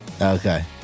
Okay